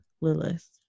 lilith